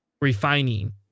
refining